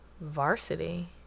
Varsity